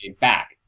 back